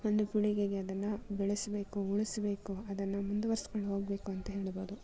ಒಂದು ಪೀಳಿಗೆಗೆ ಅದನ್ನು ಬೆಳೆಸ್ಬೇಕು ಉಳಿಸ್ಬೇಕು ಅದನ್ನು ಮುಂದುವರ್ಸ್ಕೊಂಡು ಹೋಗ್ಬೇಕು ಅಂತ ಹೇಳಬಹುದು